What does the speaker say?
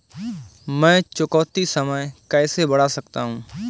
मैं चुकौती समय कैसे बढ़ा सकता हूं?